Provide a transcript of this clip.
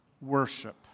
worship